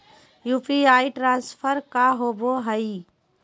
UPI transfer का होव हई?